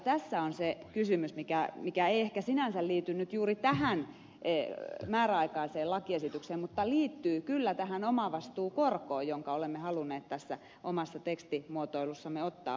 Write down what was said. tässä on se kysymys mikä ei ehkä sinänsä liity nyt juuri tähän määräaikaiseen lakiesitykseen mutta liittyy kyllä tähän omavastuukorkoon jonka olemme halunneet tässä omassa tekstimuotoilussamme ottaa huomioon